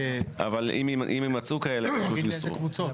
אבל אם יימצאו כאלה הם פשוט יוסרו.